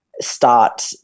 start